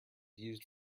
used